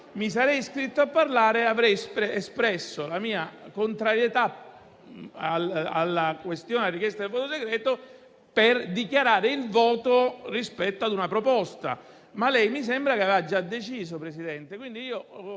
mi sarei iscritto a parlare e avrei espresso la mia contrarietà alla richiesta di voto segreto, dichiarando il voto rispetto ad una proposta. Ma mi sembrava che lei, Presidente,